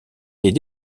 est